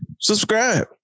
subscribe